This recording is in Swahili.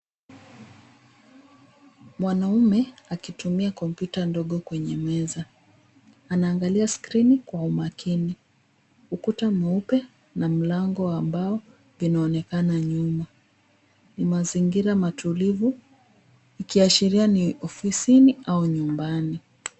Mwanamume akitumia kompyuta ndogo kwenye meza. Anaangalia skrini kwa umakini. Ukuta mweupe na mlango wa mbao unaonekana nyuma. Ni mazingira matulivu ikiashiria ni ofisini au nyumbani.